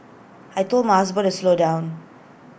I Told my husband to slow down